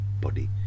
body